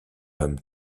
homme